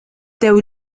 tev